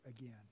again